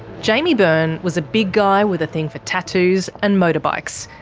jaimie byrne was a big guy with a thing for tattoos and motorbikes,